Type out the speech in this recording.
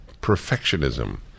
perfectionism